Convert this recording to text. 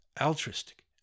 altruistic